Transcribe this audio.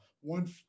one